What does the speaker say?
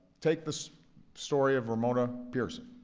take the story of ramona pierson.